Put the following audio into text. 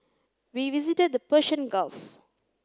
we visited the Persian Gulf